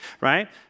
right